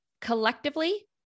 collectively